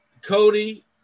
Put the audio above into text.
Cody